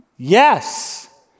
Yes